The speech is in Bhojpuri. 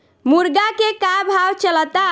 मुर्गा के का भाव चलता?